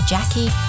Jackie